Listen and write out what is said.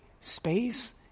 space